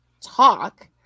talk